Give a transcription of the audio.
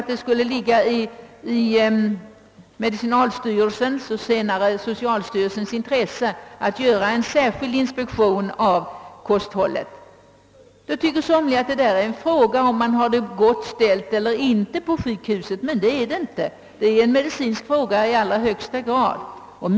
Det borde ligga i medicinalstyrelsens och dess efterträdare socialstyrelsens intresse att göra en särskild inspektion av kosthållet. Somliga menar att detta är en fråga som rör om sjukhuset har det gott ställt eller inte, men det är det inte. Detta är i allra högsta grad en medicinsk fråga.